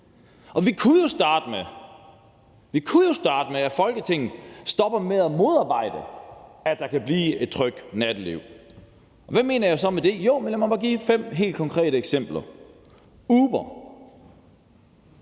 Vi kunne jo starte med, at Folketinget stopper med at modarbejde, at der kan komme et trygt natteliv. Hvad mener jeg så med det? Jo, lad mig give fem helt konkrete eksempler. Nummer